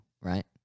right